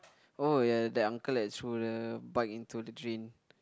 oh ya that uncle that threw the bike into the drain